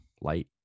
light